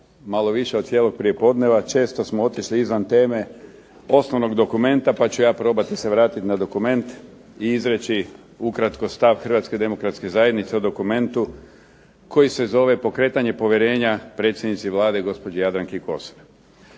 malo više od cijelog prijepodneva. Često smo otišli izvan teme osnovnog dokumenta pa ću ja probati se vratiti na dokument i izreći ukratko stav Hrvatske demokratske zajednice o dokumentu koji se zove pokretanje povjerenja predsjednici Vlade gospođi Jadranki Kosor.